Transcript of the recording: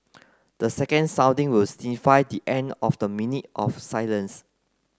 the second sounding will signify the end of the minute of silence